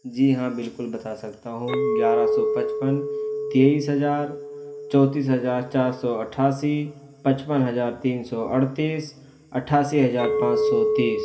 جی ہاں بالکل بتا سکتا ہوں گیارہ سو پچپن تیئیس ہزار چونتیس ہزار چار سو اٹھاسی پچپن ہزار تین سو اڑتیس اٹھاسی ہزار پانچ سو تیس